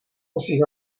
musí